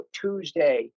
Tuesday